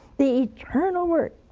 the eternal word